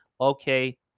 okay